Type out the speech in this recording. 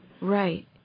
Right